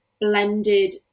blended